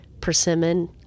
persimmon